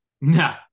No